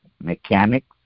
mechanics